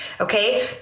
Okay